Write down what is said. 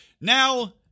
Now